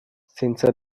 senza